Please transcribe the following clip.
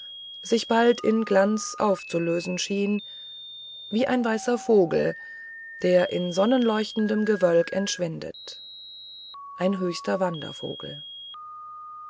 sich alsbald in glanz aufzulösen schien wie ein weißer vogel der in sonnenleuchtendem gewölk entschwindet ein höchster wandervogel